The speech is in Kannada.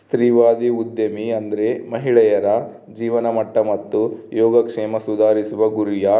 ಸ್ತ್ರೀವಾದಿ ಉದ್ಯಮಿ ಅಂದ್ರೆ ಮಹಿಳೆಯರ ಜೀವನಮಟ್ಟ ಮತ್ತು ಯೋಗಕ್ಷೇಮ ಸುಧಾರಿಸುವ ಗುರಿಯ